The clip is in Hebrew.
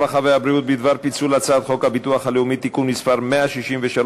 הרווחה והבריאות בדבר פיצול הצעת חוק הביטוח הלאומי (תיקון מס' 163),